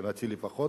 מבחינתי לפחות: